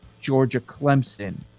Georgia-Clemson